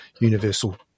universal